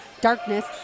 darkness